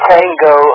Tango